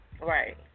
right